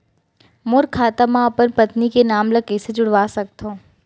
मोर खाता म अपन पत्नी के नाम ल कैसे जुड़वा सकत हो?